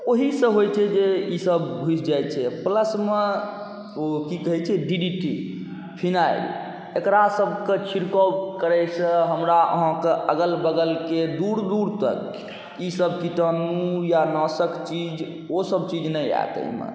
ओहिसँ होइ छै जे ईसब घुसि जाइ छै प्लसमे ओ कि कहै छै डी डी टी फिनाइल एकरासबके छिड़काव करैसँ हमरा अहाँके अगल बगलके दूर दूर तक ईसब कीटाणु या नाशक चीज ओसब चीज नहि आएत एहिमे